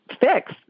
fix